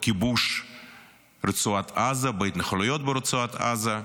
בכיבוש רצועת עזה, בהתנחלויות ברצועת עזה.